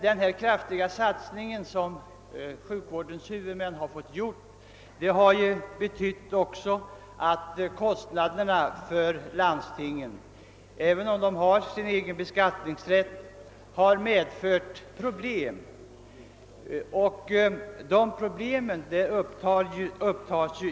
Den kraftiga satsning som sjukvårdens huvudmän har fått göra har emellertid också betytt att kostnaderna har blivit ett problem, även om landstingen har egen beskattningsrätt.